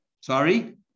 sorry